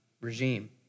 regime